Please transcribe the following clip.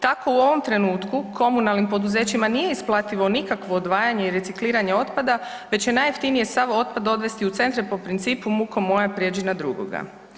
Tako u ovom trenutku komunalnim poduzećima nije isplativo nikako odvajanje i recikliranje otpada već je najjeftinije sav otpad odvesti u centre po principu muko moja prijeđi na drugoga.